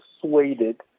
persuaded